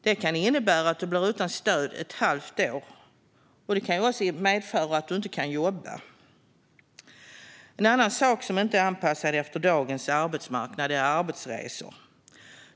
Det kan innebära att du blir utan stöd i ett halvår. Det kan också medföra att du inte kan jobba. En annan sak som inte är anpassad efter dagens arbetsmarknad är arbetsresor.